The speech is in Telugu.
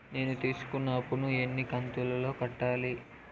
నేను తీసుకున్న అప్పు ను ఎన్ని కంతులలో కట్టాలి?